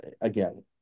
again